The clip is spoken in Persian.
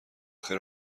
خیر